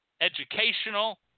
educational